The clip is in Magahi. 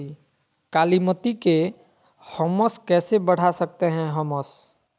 कालीमती में हमस कैसे बढ़ा सकते हैं हमस?